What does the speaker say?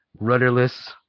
rudderless